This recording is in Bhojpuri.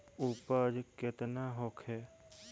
उपज केतना होखे?